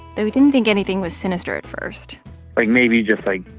though he didn't think anything was sinister at first like, maybe just, like,